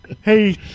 Hey